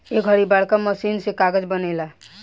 ए घड़ी बड़का मशीन से कागज़ बनेला